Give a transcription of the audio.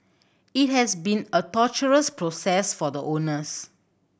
it has been a torturous process for the owners